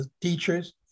teachers